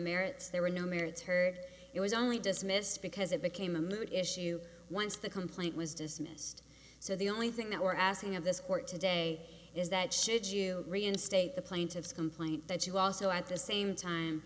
merits there were no merits heard it was only dismissed because it became a moot issue once the complaint was dismissed so the only thing that we're asking of this court today is that should you reinstate the plaintiff's complaint that you also at the same time